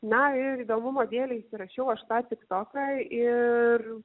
na ir įdomumo dėlei įsirašiau aš tą tik toką ir